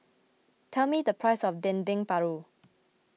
tell me the price of Dendeng Paru